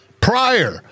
prior